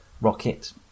rocket